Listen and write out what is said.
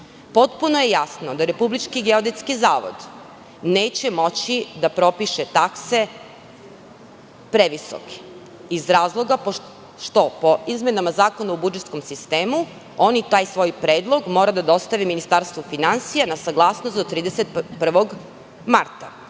Potpuno je jasno da RGZ neće moći da propiše takse previsoke, iz razloga što, po izmenama Zakona o budžetskom sistemu, oni taj svoj predlog moraju da dostave Ministarstvu finansija na saglasnost do 31. marta.